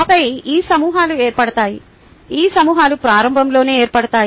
ఆపై ఈ సమూహాలు ఏర్పడతాయి ఈ సమూహాలు ప్రారంభంలోనే ఏర్పడతాయి